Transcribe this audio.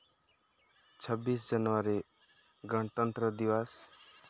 ᱪᱷᱟᱵᱵᱤᱥ ᱡᱟᱱᱩᱣᱟᱨᱤ ᱜᱚᱱᱚᱛᱱᱛᱨᱚ ᱫᱤᱵᱚᱥ